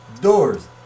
doors